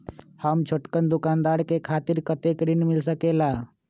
हम छोटकन दुकानदार के खातीर कतेक ऋण मिल सकेला?